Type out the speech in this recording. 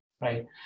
right